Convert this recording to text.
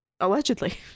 allegedly